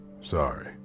Sorry